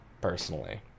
personally